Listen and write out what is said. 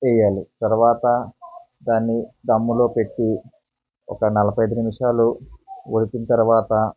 వేయాలి తరువాత దాన్ని ధమ్ములో పెట్టి ఒక నలభై ఐదు నిమిషాలు ఉడికిన తరువాత